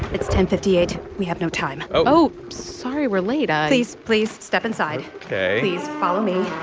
it's ten fifty eight. we have no time oh sorry we're late um please, please step inside ok please follow me